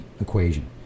equation